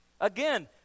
Again